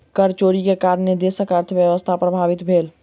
कर चोरी के कारणेँ देशक अर्थव्यवस्था प्रभावित भेल